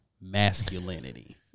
masculinity